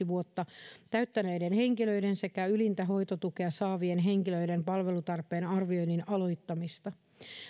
vuotta täyttäneiden henkilöiden sekä ylintä hoitotukea saavien henkilöiden palvelutarpeen arvioinnin aloittamista